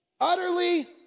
Utterly